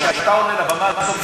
כשאתה עולה לבמה הזאת,